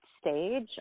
stage